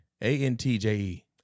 A-N-T-J-E